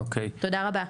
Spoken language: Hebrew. תודה רבה.